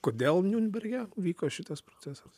kodėl niurnberge vyko šitas procesas